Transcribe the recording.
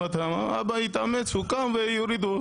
אבא התאמץ הוא קם והורידו.